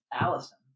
Allison